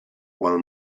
while